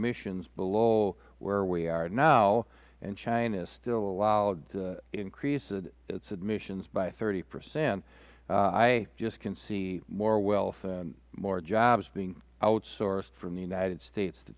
emissions below where we are now and china is still allowed to increase its emissions by thirty percent i just can see more wealth and more jobs being outsourced from the united states to